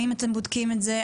האם אתם בודקים את זה?